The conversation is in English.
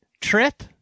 Trip